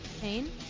Pain